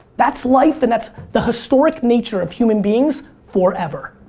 that's life and that's the historic nature of human beings forever.